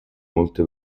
molte